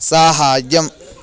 साहाय्यम्